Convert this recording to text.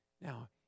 Now